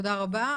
תודה רבה.